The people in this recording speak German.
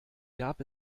gab